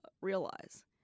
realize